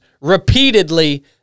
repeatedly